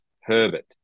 Herbert